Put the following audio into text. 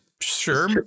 Sure